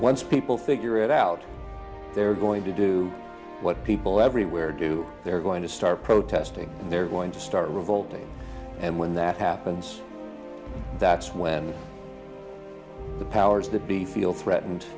once people figure it out they're going to do what people everywhere do they're going to start protesting they're going to start revolt and when that happens that's when the powers that be feel threatened